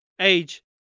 age